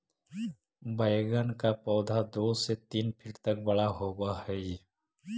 बैंगन का पौधा दो से तीन फीट तक बड़ा होव हई